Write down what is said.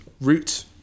root